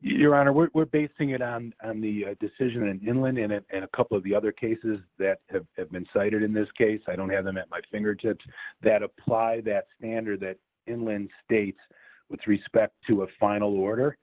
your honor we're basing it on the decision and then lent and a couple of the other cases that have been cited in this case i don't have them at my fingertips that apply that standard that inland states with respect to a final order